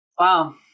Wow